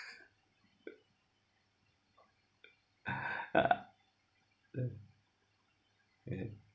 ya then yeah